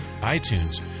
iTunes